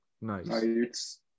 Nice